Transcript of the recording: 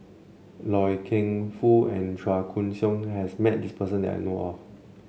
Loy Keng Foo and Chua Koon Siong has met this person that I know of